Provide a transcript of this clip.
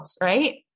Right